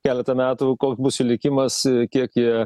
keletą metų koks bus jų likimas kiek jie